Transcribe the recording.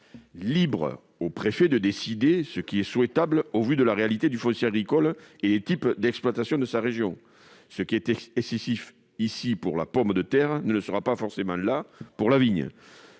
Libre au préfet de décider ce qui est souhaitable, au vu de la réalité du foncier agricole et des types d'exploitation de sa région : ce qui est excessif ici, pour la pomme de terre, ne le sera pas forcément là, pour la vigne.